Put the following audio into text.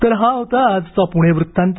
तर हा होता आजचा पुणे वृत्तांत